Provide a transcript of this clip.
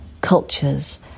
cultures